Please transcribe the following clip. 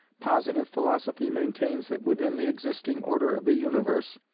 positive philosophy maintains that within the existing order of the universe,